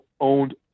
owned